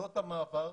כן.